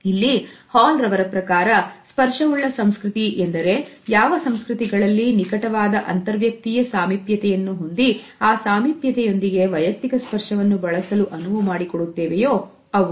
ಇಲ್ಲಿ ಹಾಲ್ ರವರ ಪ್ರಕಾರ ಸ್ಪರ್ಶ ಉಳ್ಳ ಸಂಸ್ಕೃತಿ ಎಂದರೆ ಯಾವ ಸಂಸ್ಕೃತಿಗಳಲ್ಲಿ ನಿಕಟವಾದ ಅಂತರ್ ವ್ಯಕ್ತಿಯ ಸಾಮೀಪ್ಯತೆಯನ್ನು ಹೊಂದಿ ಆ ಸಾಮೀಪ್ಯತೆಯೊಂದಿಗೆ ವೈಯಕ್ತಿಕ ಸ್ಪರ್ಶವನ್ನು ಬಳಸಲು ಅನುವು ಮಾಡಿಕೊಡುತ್ತವೆಯೋ ಅವು